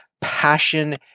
passion